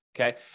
Okay